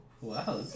Wow